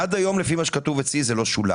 עד היום, לפי מה שכתוב אצלי, זה לא שולם.